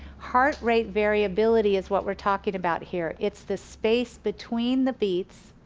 heart rate variability is what we're talking about here. it's the space between the beats,